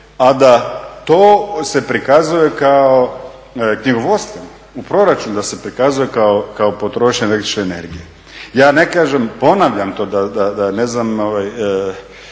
a da to se prikazuje kao, knjigovodstveno, u proračunu da se prikazuje kao potrošnja električne energije. Ja ne kažem, ponavljam to da ne znam da